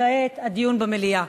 וכעת הדיון במליאה.